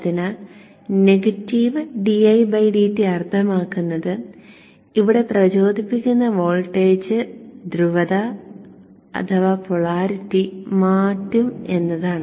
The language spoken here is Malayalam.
അതിനാൽ നെഗറ്റീവ് didt അർത്ഥമാക്കുന്നത് ഇവിടെ പ്രചോദിപ്പിക്കുന്ന വോൾട്ടേജ് ധ്രുവത മാറ്റും എന്നാണ്